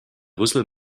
rüssel